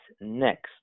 Next